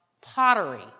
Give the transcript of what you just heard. pottery